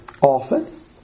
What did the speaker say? often